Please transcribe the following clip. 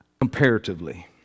comparatively